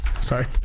Sorry